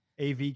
AV